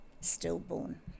stillborn